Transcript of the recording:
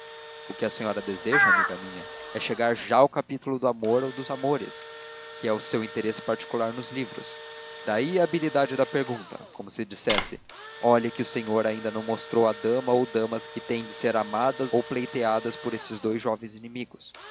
o que a senhora deseja amiga minha é chegar já ao capítulo do amor ou dos amores que é o seu interesse particular nos livros daí a habilidade da pergunta como se dissesse olhe que o senhor ainda nos não mostrou a dama ou damas que têm de ser amadas ou pleiteadas por estes dous jovens inimigos